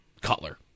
Cutler